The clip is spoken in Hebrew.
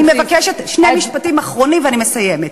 אני מבקשת שני משפטים אחרונים ואני מסיימת.